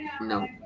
No